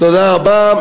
תודה רבה.